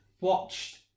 watched